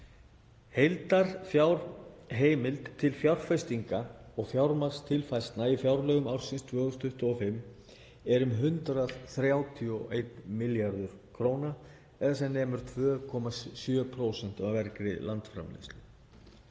Heildarfjárheimild til fjárfestinga og fjármagnstilfærslna í fjárlögum ársins 2025 er um 131 milljarður kr. eða sem nemur um 2,7% af vergri landsframleiðslu.